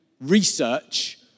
research